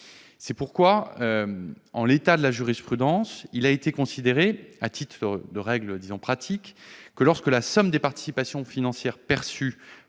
C'est pourquoi, en l'état de la jurisprudence, il a été considéré, à titre de règle pratique, que lorsque la somme des participations financières perçues